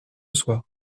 soir